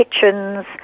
kitchens